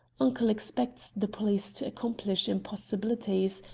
uncle expects the police to accomplish impossibilities.